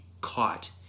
caught